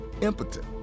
impotent